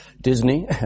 Disney